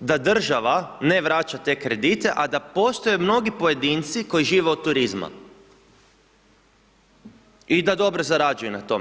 da država ne vraća te kredite, a da postoje mnogi pojedinci koji žive od turizma, i da dobro zarađuju na tome.